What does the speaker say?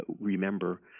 remember